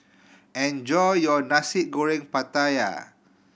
enjoy your Nasi Goreng Pattaya